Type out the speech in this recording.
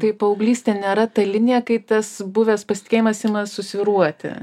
tai paauglystė nėra ta linija kai tas buvęs pasitikėjimas ima susvyruoti